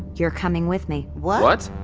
you're coming with me what?